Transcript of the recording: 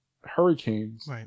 hurricanes